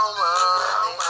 money